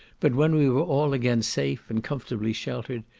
but when we were all again safe, and comfortably sheltered,